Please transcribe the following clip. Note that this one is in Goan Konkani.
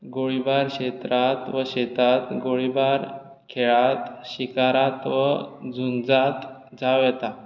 गोळिबार क्षेत्रांत वा शेतांत गोळीबार खेळांत शिकारात वा झुंजांत जावं येता